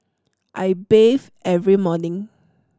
I bathe every morning